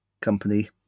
company